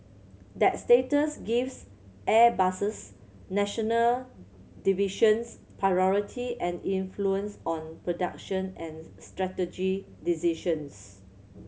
that status gives Airbus's national divisions priority and influence on production and strategy decisions